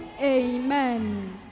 Amen